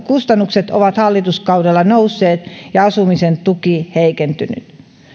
kustannukset ovat hallistuskaudella nousseet ja asumisen tuki heikentynyt